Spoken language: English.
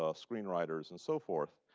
ah screenwriters, and so forth.